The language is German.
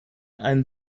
ein